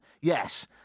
Yes